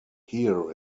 here